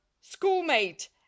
schoolmate